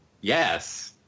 Yes